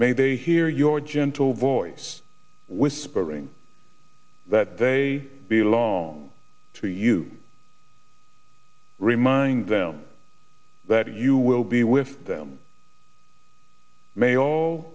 they hear your gentle voice whispering that they belong to you remind them that you will be with them may all